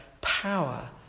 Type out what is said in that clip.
power